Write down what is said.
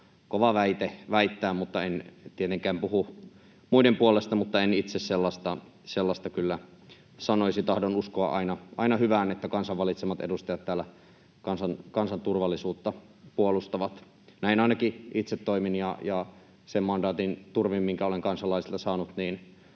kova väite väittää — en tietenkään puhu muiden puolesta, mutta en itse sellaista kyllä sanoisi, ja tahdon uskoa aina hyvään, että kansan valitsemat edustajat täällä kansan turvallisuutta puolustavat. Näin ainakin itse toimin ja sen mandaatin turvin, minkä olen kansalaisilta saanut, toden